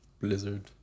blizzard